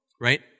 right